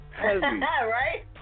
Right